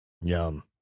Yum